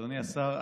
אדוני השר,